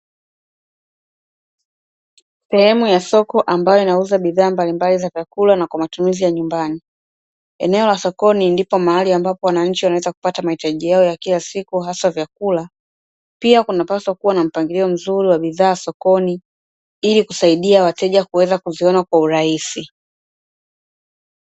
Sehemu ya soko ambayo inauza bidhaa mbalimbali za kula na kwa matumizi ya nyumbani, eneo la sokoni ndipo mahali ambapo wananchi wanaweza kupata mahitaji yao ya kila siku hasa vyakula, pia kuna paswa kuwa na mpangilio mzuri wa bidhaa sokoni ili kusaidia wateja kuweza kuziona kwa urahisi.